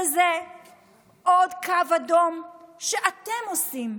וזה עוד קו אדום שאתם עושים,